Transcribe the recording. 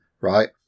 right